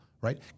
Right